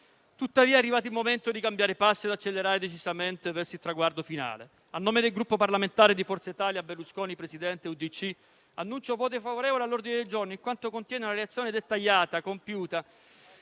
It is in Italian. Tuttavia, è arrivato il momento di cambiare passo e accelerare decisamente verso il traguardo finale. A nome del Gruppo parlamentare Forza Italia Berlusconi Presidente-UDC annuncio il voto favorevole all'ordine del giorno unitario, in quanto contiene una relazione dettagliata, compiuta